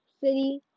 City